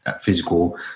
physical